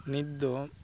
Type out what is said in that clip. ᱱᱤᱛ ᱫᱚ